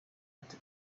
ati